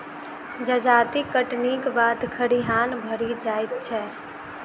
जजाति कटनीक बाद खरिहान भरि जाइत छै